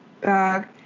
bag